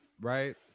right